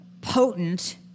potent